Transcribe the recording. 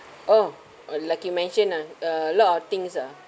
oh uh like you mentioned ah a lot of things ah